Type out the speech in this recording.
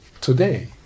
today